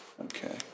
okay